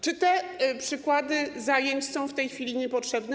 Czy te przykłady zajęć są w tej chwili niepotrzebne?